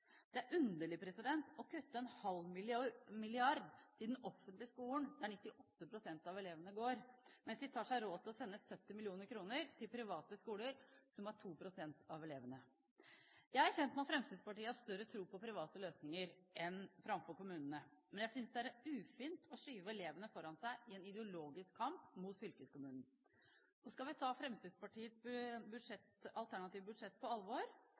Det er underlig å kutte en halv milliard til den offentlige skolen, der 98 pst. av elevene går, mens de tar seg råd til å sende 70 mill. kr til private skoler, som har 2 pst. av elevene. Jeg er kjent med at Fremskrittspartiet har større tro på private løsninger enn kommunale, men jeg synes det er ufint å skyve elevene foran seg i en ideologisk kamp mot fylkeskommunen. Og skal vi ta Fremskrittspartiets alternative budsjett på alvor